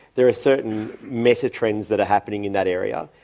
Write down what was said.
there are certain megatrends that are happening in that area.